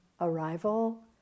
arrival